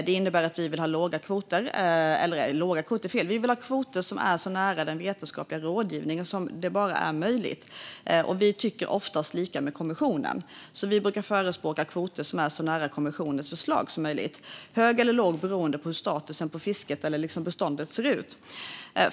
Det innebär att vi vill ha kvoter som ligger så nära den vetenskapliga rådgivningen som bara är möjligt. Vi tycker oftast lika som kommissionen, så vi brukar förespråka kvoter som ligger så nära kommissionens förslag som möjligt - hög eller låg kvot beroende på hur statusen för fisket eller beståndet ser ut.